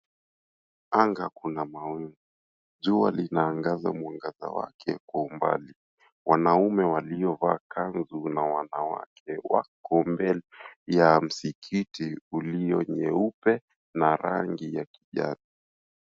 Anga kuna mawingu. Jua linaangaza mwangaza wake kwa umbali. Wanaume waliovaa kanzu na wanawake wako mbele ya msikiti iliyo nyeupe na rangi ya kijani.